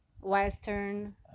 Western